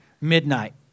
Midnight